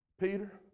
Peter